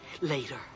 Later